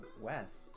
west